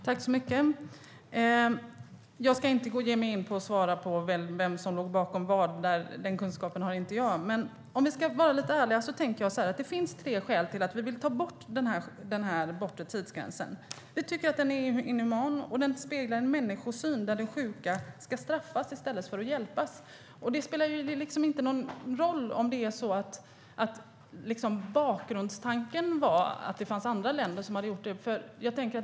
Herr talman! Jag ska inte ge mig in på att svara på vem som låg bakom vad. Den kunskapen har inte jag. Det finns, om vi ska vara lite ärliga, tre skäl till att vi ska ta bort den bortre tidsgränsen. Den är inhuman. Den speglar en människosyn som innebär att de sjuka ska straffas i stället för att hjälpas. Det spelar ingen roll att bakgrundstanken var att andra länder hade infört den.